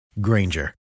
Granger